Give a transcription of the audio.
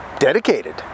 Dedicated